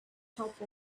top